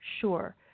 Sure